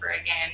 again